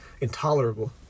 intolerable